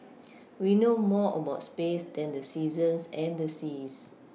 we know more about space than the seasons and the seas